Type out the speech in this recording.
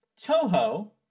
Toho